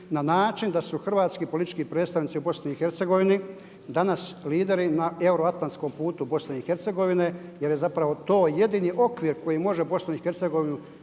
na način da su hrvatski politički predstavnici u BiH-a danas lideri na euroatlanskom putu BiH-a jer je zapravo to jedini okvir koji može BiH-a